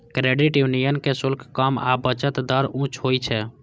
credit union के शुल्क कम आ बचत दर उच्च होइ छै